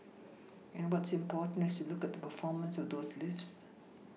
and what's important is to look at the performance of those lifts